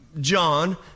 John